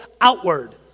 outward